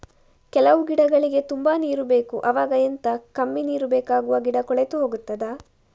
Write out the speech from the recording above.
ಕೆಲವು ಗಿಡಗಳಿಗೆ ತುಂಬಾ ನೀರು ಬೇಕು ಅವಾಗ ಎಂತ, ಕಮ್ಮಿ ನೀರು ಬೇಕಾಗುವ ಗಿಡ ಕೊಳೆತು ಹೋಗುತ್ತದಾ?